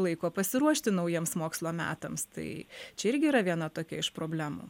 laiko pasiruošti naujiems mokslo metams tai čia irgi yra viena tokia iš problemų